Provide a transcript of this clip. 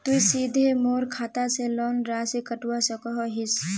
तुई सीधे मोर खाता से लोन राशि कटवा सकोहो हिस?